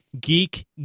Geek